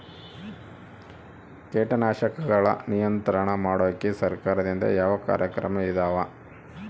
ಕೇಟನಾಶಕಗಳ ನಿಯಂತ್ರಣ ಮಾಡೋಕೆ ಸರಕಾರದಿಂದ ಯಾವ ಕಾರ್ಯಕ್ರಮ ಇದಾವ?